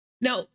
Now